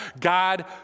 God